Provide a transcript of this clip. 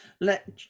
Let